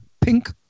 Pink